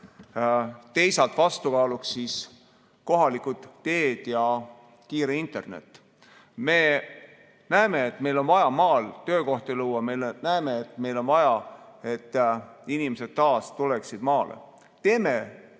teisalt vastukaaluks kohalikud teed ja kiire internet. Me näeme, et meil on vaja maal töökohti luua. Me näeme, et meil on vaja, et inimesed tuleksid taas maale. Teeme